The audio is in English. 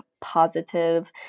positive